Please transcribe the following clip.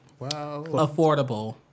affordable